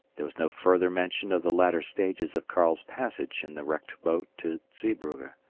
there is no further mention of the latter stages of karl's passage in the wrecked boat to zeebrugge,